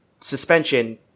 suspension